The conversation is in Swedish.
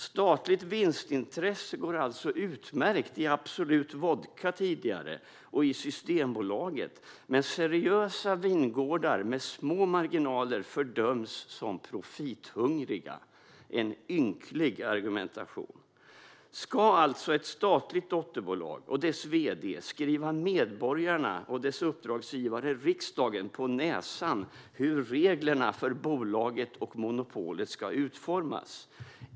Statligt vinstintresse går alltså utmärkt i Absolut Vodka, tidigare, och i Systembolaget. Men seriösa vingårdar med små marginaler fördöms som profithungriga. Det är en ynklig argumentation. Ska alltså ett statligt dotterbolag och dess vd skriva medborgarna och deras uppdragsgivare riksdagen på näsan om hur reglerna för bolaget och monopolet ska utformas?